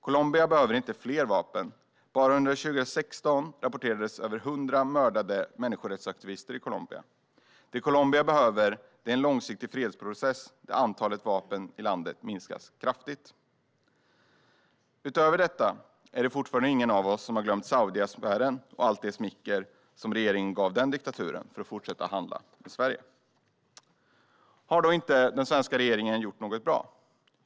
Colombia behöver inte fler vapen. Bara under 2016 rapporterades över hundra mördade människorättsaktivister i landet. Det Colombia behöver är en långsiktig fredsprocess där antalet vapen i landet kraftigt minskas. Utöver detta är det väl fortfarande ingen av oss som har glömt Saudiaffären och allt smicker regeringen gav den diktaturen för att den skulle fortsätta handla med Sverige. Har då den svenska regeringen inte gjort någonting bra?